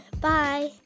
Bye